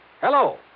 Hello